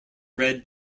red